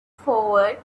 forward